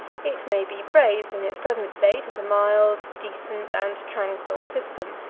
it may be praised in its present state, as a mild, decent, and tranquil system,